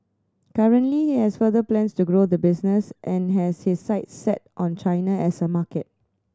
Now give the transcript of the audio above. currently he has further plans to grow the business and has his sights set on China as a market